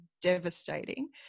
devastating